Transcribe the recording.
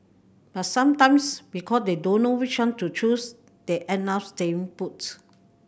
but sometimes because they don't know which one to choose they end up staying puts